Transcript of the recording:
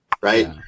Right